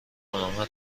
آنها